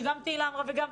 שגם תהלה דיברה עליהם,